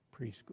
preschool